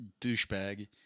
douchebag